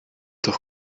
doch